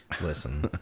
Listen